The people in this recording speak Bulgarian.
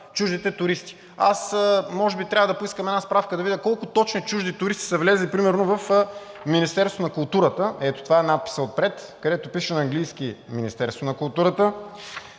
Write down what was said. чуждите туристи. Аз може би трябва да поискам една справка да видя колко точно чужди туристи са влезли примерно в Министерството на културата – ето, това е надписът отпред, където пише на английски Министерство на културата